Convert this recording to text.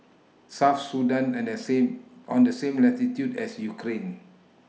South Sudan on The same on The same latitude as Ukraine